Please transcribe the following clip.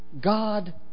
God